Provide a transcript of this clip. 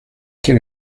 quel